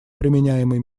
применяемой